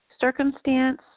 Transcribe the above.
circumstance